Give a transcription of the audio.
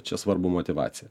čia svarbu motyvacija